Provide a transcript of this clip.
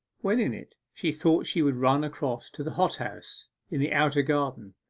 when in it, she thought she would run across to the hot-house in the outer garden,